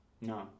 no